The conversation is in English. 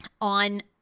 on